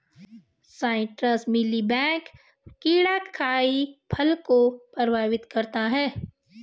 citrus mealy bug कीड़ा कई फल को प्रभावित करता है